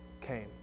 came